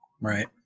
Right